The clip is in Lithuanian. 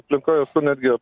aplinkoj esu netgi